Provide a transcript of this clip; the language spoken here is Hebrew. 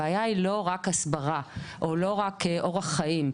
הבעיה היא לא רק הסברה או רק אורח חיים,